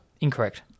Incorrect